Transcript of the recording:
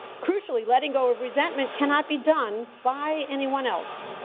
crucially, letting go of resentment cannot be done by anyone else.